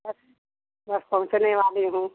बस बस पहुँचने वाली हूँ